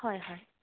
হয় হয়